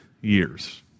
years